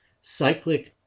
cyclic